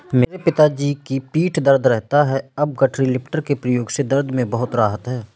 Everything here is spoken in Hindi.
मेरे पिताजी की पीठ दर्द रहता था अब गठरी लिफ्टर के प्रयोग से दर्द में बहुत राहत हैं